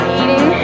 eating